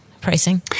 pricing